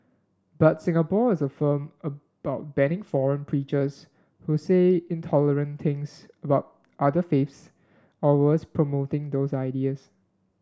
but Singapore is firm about banning foreign preachers who say intolerant things about other faiths or worse promoting those ideas